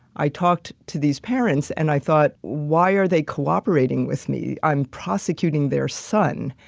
i talked to these parents and i thought why are they cooperating with me? i'm prosecuting their son.